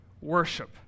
worship